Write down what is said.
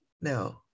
No